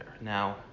now